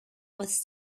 was